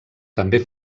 també